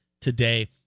today